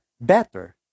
better